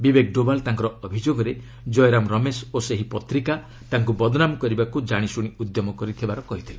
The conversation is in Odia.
ବିବେକ ଡୋବାଲ୍ ତାଙ୍କର ଅଭିଯୋଗରେ ଜୟରାମ ରମେଶ ଓ ସେହି ପତ୍ରିକା ତାଙ୍କୁ ବଦନାମ କରିବାକୁ ଜାଣିଶୁଣି ଉଦ୍ୟମ କରିଥିବାର କହିଥିଲେ